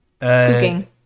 Cooking